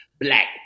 black